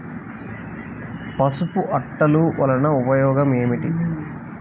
పసుపు అట్టలు వలన ఉపయోగం ఏమిటి?